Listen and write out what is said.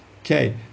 Okay